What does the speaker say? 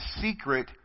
secret